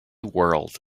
world